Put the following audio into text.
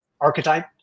archetype